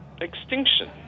extinction